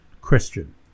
Christian